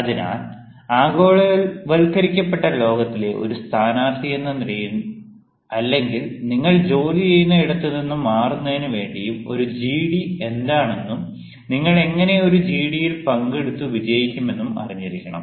അതിനാൽ ആഗോളവത്കരിക്കപ്പെട്ട ലോകത്തിലെ ഒരു സ്ഥാനാർത്ഥിയെന്ന നിലയിൽ അല്ലെങ്കിൽ നിങ്ങൾ ജോലിചെയ്യുന്ന ഇടത്തുനിന്നും മാറുന്നതിനു വേണ്ടിയും ഒരു ജിഡി എന്താണെന്നും നിങ്ങൾ എങ്ങനെ ഒരു ജിഡിയിൽ പങ്കെടുത്തു വിജയിക്കുമെന്നും അറിഞ്ഞിരിക്കണം